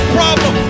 problem